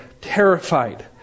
terrified